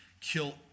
kill